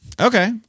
Okay